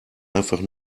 einfach